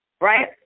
right